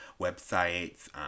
websites